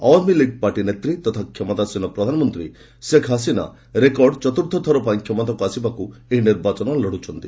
ଆୱାମି ଲିଗ୍ ପାର୍ଟିର ନେତା ତଥା କ୍ଷମତାସୀନ ପ୍ରଧାନମନ୍ତ୍ରୀ ଶେଖ୍ ହସିନା ରେକର୍ଡ ଚତୁର୍ଥ ଥର ପାଇଁ କ୍ଷମତାକୁ ଆସିବାକୁ ଏହି ନିର୍ବାଚନ ଲଢୁଛନ୍ତି